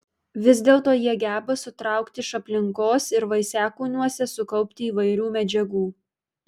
vis dėlto jie geba sutraukti iš aplinkos ir vaisiakūniuose sukaupti įvairių medžiagų